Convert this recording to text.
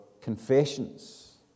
confessions